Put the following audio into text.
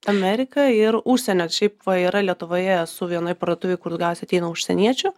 amerika ir užsienio šiaip va yra lietuvoje esu vienoj parduotuvėj kur daugiausia ateina užsieniečių